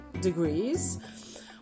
degrees